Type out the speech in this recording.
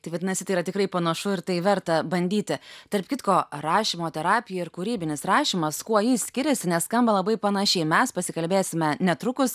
tai vadinasi tai yra tikrai panašu ir tai verta bandyti tarp kitko rašymo terapija ir kūrybinis rašymas kuo jis skiriasi nes skamba labai panašiai mes pasikalbėsime netrukus